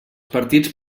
partits